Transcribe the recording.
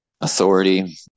authority